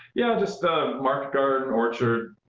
yeah, just ah market garden, orchard,